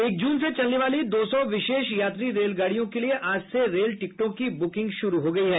एक जून से चलने वाली दो सौ विशेष यात्री रेलगाड़ियों के लिये आज से रेल टिकटों की बुकिंग शुरू हो गयी है